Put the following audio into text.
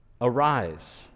Arise